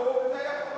כולם הלכו וזה היה חובה,